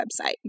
website